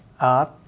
art